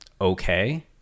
okay